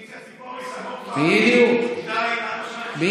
פניציה ציפורי סגור כבר, אז אני רוצה להדגיש.